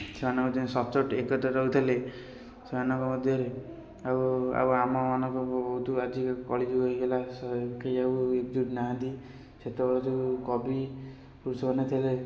ସେମାନେ ହେଉଛନ୍ତି ସଚ୍ଚୋଟ ଏକତ୍ର ରହୁଥିଲେ ସେମାନଙ୍କ ମଧ୍ୟରେ ଆଉ ଆମମାନଙ୍କ ଆଜି କଳିଯୁଗ ହେଇଗଲା ସେ କେହି ଆଉ ଏକଜୁଟ ନାହାନ୍ତି ସେତେବେଳେ ଯେଉଁ କବି ପୁରୁଷମାନେ ଥିଲେ